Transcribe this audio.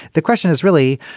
the question is really,